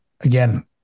again